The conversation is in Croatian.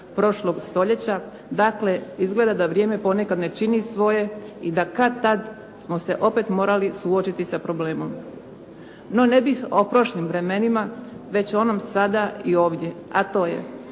prošlog stoljeća dakle izgleda da vrijeme ponekad ne čini svoje i da kad-tad smo se opet morali suočiti sa problemom. No, ne bih o prošlim vremenima već o onome sada i ovdje a to je